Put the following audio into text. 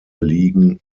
liegen